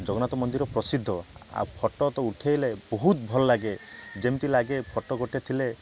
ଜଗନ୍ନାଥ ମନ୍ଦିର ପ୍ରସିଦ୍ଧ ଆଉ ଫଟୋ ତ ଉଠାଇଲେ ବହୁତ ଭଲଲାଗେ ଯେମିତି ଲାଗେ ଫଟୋ ଗୋଟେ ଥିଲେ